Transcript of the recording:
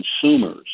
consumers